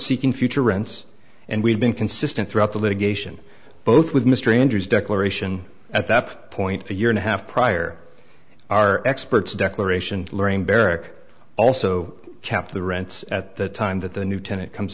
seeking future rents and we've been consistent throughout the litigation both with mr andrews declaration at that point a year and a half prior our experts declaration learning beric also kept the rents at the time that the new tenant comes